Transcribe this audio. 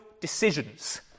decisions